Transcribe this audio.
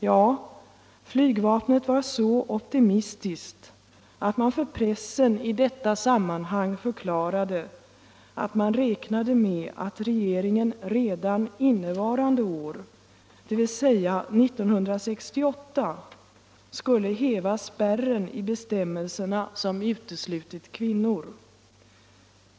Ja, flygvapnet var så optimistiskt att man för pressen i detta sammanhang förklarade att man räknade med att regeringen redan innevarande år — dvs, 1968 — skulle häva den spärr i bestämmelserna som uteslutit kvinnor.